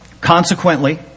Consequently